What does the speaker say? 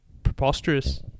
preposterous